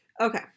Okay